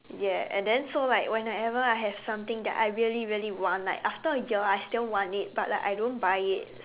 ya and then so like when I ever I have something that I really really want like after a year I still want it but like I don't buy it